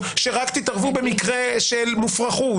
שרק תתערבו במקרה של מופרכות,